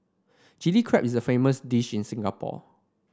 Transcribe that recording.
Chilli Crab is a famous dish in Singapore